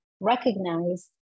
recognize